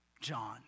John